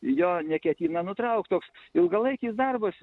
jo neketina nutraukt toks ilgalaikis darbas